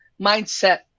mindset